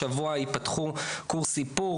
השבוע ייפתחו קורסי איפור,